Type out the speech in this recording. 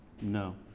No